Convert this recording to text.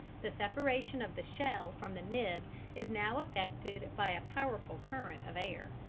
the separation of the shell from the nib is now effected by a powerful current of air,